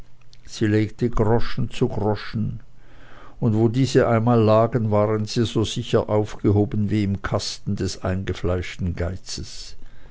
sie legte groschen zu groschen und wo diese einmal lagen waren sie so sicher aufgehoben wie im kasten des eingefleischten geizes